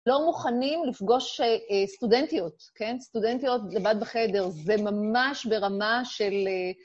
לא מוכנים לפגוש סטודנטיות, כן? סטודנטיות לבד בחדר זה ממש ברמה של...